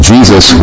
Jesus